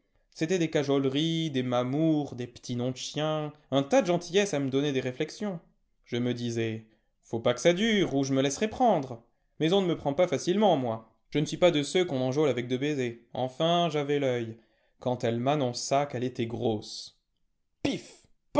c'étaient des cajoleries des mamours des p'tits noms de chien un tas d gentillesses à me donner des réflexions je me disais faut pas qu'ça dure ou je me laisserai prendre mais on ne me prend pas facilement moi je ne suis pas de ceux qu'on enjôle avec deux baisers enfin j'avais l'œil quand elle m'annonça qu'elle était grosse